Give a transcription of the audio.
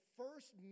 first